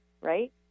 right